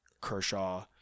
Kershaw